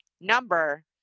number